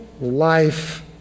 life